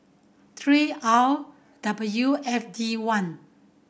three R W F D one